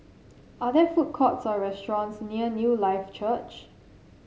are there food courts or restaurants near Newlife Church